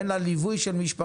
ואין לה ליווי של משפחות,